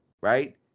right